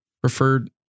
Preferred